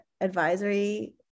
advisory